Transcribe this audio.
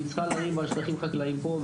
והיא צריכה לריב על שטחים חקלאיים פה,